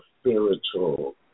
spiritual